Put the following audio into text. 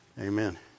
Amen